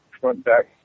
front-back